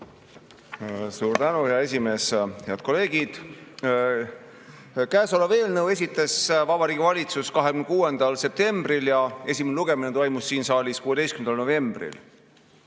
Suur tänu, hea esimees! Head kolleegid! Käesoleva eelnõu esitas Vabariigi Valitsus 26. septembril ja esimene lugemine toimus siin saalis 16. novembril.